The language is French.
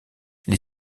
les